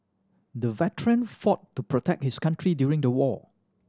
the veteran fought to protect his country during the war